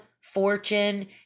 fortune